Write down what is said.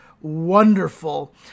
wonderful